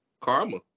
Karma